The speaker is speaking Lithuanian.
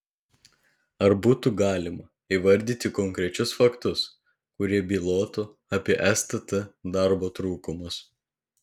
ar būtų galima įvardyti konkrečius faktus kurie bylotų apie stt darbo trūkumus